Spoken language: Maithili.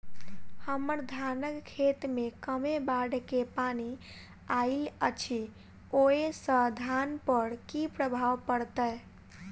हम्मर धानक खेत मे कमे बाढ़ केँ पानि आइल अछि, ओय सँ धान पर की प्रभाव पड़तै?